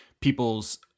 people's